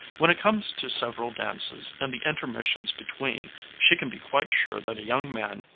when it comes to several dances and the intermissions between she can be quite sure that a young man,